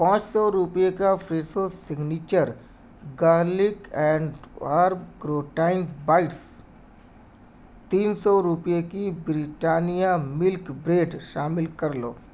پانچ سو روپئے کا Fresho signature garlic and herb croutons bites تین سو روپئے کی بریٹانیا ملک بریڈ شامل کر لو